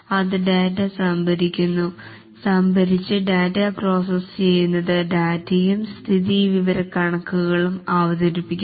അത് ഡാറ്റ സംഭരിക്കുന്നു സംഭരിച്ച് ഡാറ്റാ പ്രോസസ്സ് ചെയ്യുന്നത് ഡാറ്റയും സ്ഥിതിവിവരക്കണക്കുകളും അവതരിപ്പിക്കുന്നു